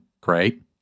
great